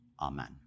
Amen